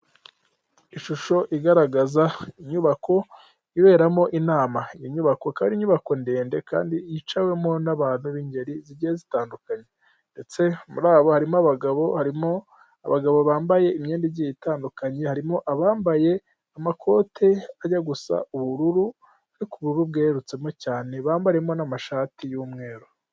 Ishusho igaragaza inyubako iberamo inama. Inyubako ikaba ari inyubako ndende kandi yicawemo n'abantu b'ingeri zigiye zitandukanye. Ndetse muri abo harimo abagabo, harimo abagabo bambaye imyenda igiye itandukanye, harimo abambaye amakote ajya gusa ubururu arko ubururu bwerurutsemo cyane, bambariyemo n'amashati y'umweru.